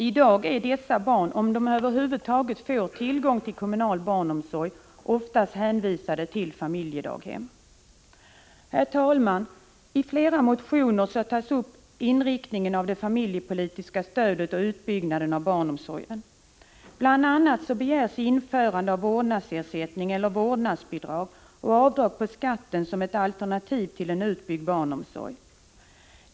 I dag är dessa barn, om de över huvud taget får tillgång till kommunal barnomsorg, oftast hänvisade till familjedaghem. Herr talman! I flera motioner tas inriktningen av det familjepolitiska stödet och utbyggnaden av barnomsorgen upp. Bl. a. begärs införande av vårdnadsersättning eller vårdnadsbidrag och avdrag på skatten som ett alternativ till en utbyggnad av barnomsorgen.